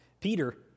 Peter